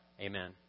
Amen